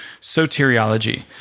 soteriology